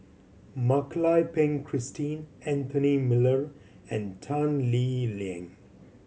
Mak Lai Peng Christine Anthony Miller and Tan Lee Leng